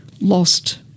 lost